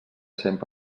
sempre